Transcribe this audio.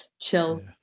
chill